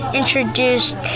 introduced